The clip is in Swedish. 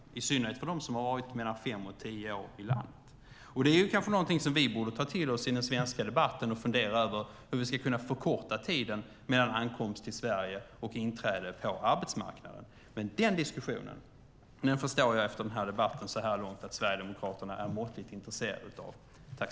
Det gäller i synnerhet för dem som har varit fem tio år i landet. Det är kanske någonting som vi borde ta till oss i den svenska debatten och fundera över hur vi skulle kunna förkorta tiden mellan ankomst till Sverige och inträde på arbetsmarknaden. Den diskussionen förstår jag så här långt efter den här debatten att Sverigedemokraterna är måttligt intresserade av.